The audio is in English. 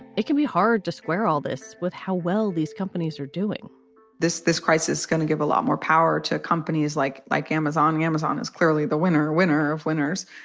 it can be hard to square all this with how well these companies are doing this this crisis is going to give a lot more power to companies like like amazon. amazon is clearly the winner, winner of winners.